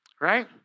Right